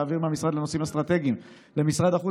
להעביר מהמשרד לנושאים אסטרטגיים למשרד החוץ